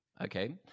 Okay